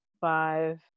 five